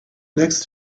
next